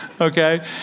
okay